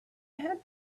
had